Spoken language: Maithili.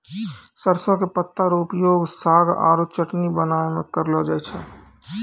सरसों के पत्ता रो उपयोग साग आरो चटनी बनाय मॅ करलो जाय छै